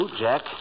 Jack